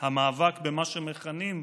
המאבק במה שמכנים,